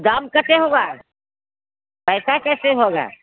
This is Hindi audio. दाम कैसे हुआ है पैसे कैसे होगा